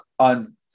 On